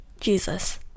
Jesus